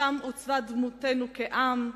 שם עוצבה דמותנו כעם,